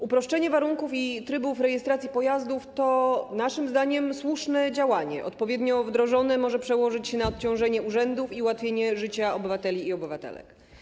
Uproszczenie warunków i trybów rejestracji pojazdów to naszym zdaniem słuszne działanie, odpowiednio wdrożone może przełożyć się na odciążenie urzędów i ułatwienie życia obywateli i obywatelek.